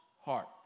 heart